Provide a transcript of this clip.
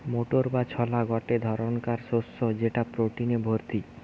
motor বা ছোলা গটে ধরণকার শস্য যেটা প্রটিনে ভর্তি